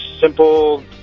simple